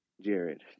Jared